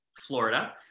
Florida